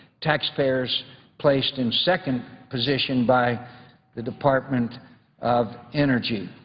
taxpayers placed in second position by the department of energy.